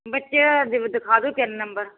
ਬੱਚਿਆਂ ਜਿਵੇਂ ਦਿਖਾ ਦਿਓ ਤਿੰਨ ਨੰਬਰ